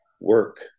work